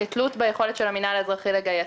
כתלות ביכולת של המינהל האזרחי לגייס.